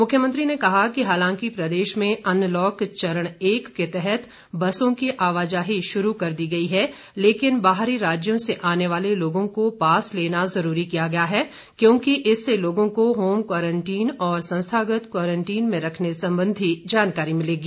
मुख्यमंत्री ने कहा कि हालांकि प्रदेश में अनलॉक चरण एक के तहत बसों की आवाजाही श्रू कर दी गई है लेकिन बाहरी राज्यों से आने वाले लोगों को पास लेना जरूरी किया गया है क्योंकि इससे लोगों को होम क्वारंटीन और संस्थागत क्वारंटीन में रखने सम्बंधी जानकारी मिलेगी